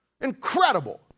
Incredible